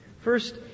First